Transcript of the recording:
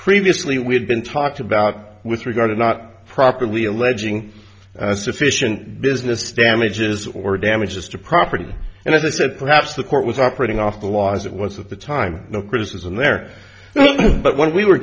previously we had been talked about with regard to not properly alleging sufficient business damages or damages to property and as i said perhaps the court was operating off the law as it was at the time no criticism there but when we were